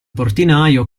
portinaio